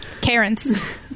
Karen's